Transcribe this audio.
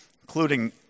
including